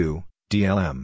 D-L-M